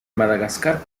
madagascar